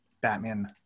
Batman